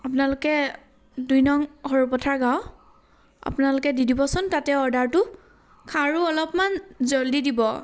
আপোনালোকে দুই নং সৰুপথাৰ গাঁও আপোনালোকে দি দিবচোন তাতে অৰ্ডাৰটো আৰু অলপমান জল্দি দিব